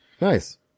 Nice